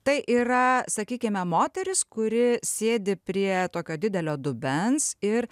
tai yra sakykime moteris kuri sėdi prie tokio didelio dubens ir